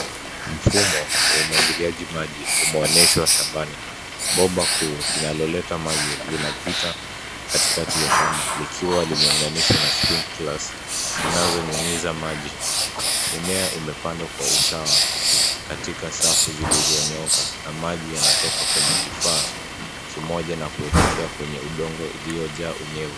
Mfumo wa umwagiliaji maji umeonyeshwa shambani. Bomba kuu linaloleta maji linapita katikati ya shamba likiwa limeunganishwa na sprinklers zinazonyunyiza maji. Mimea imepandwa kwa usawa katika safu zilizonyooka na maji yanatoka kwenye kifaa kimoja na kuelekea kwenye udongoo uliojaa unyevu.